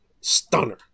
stunner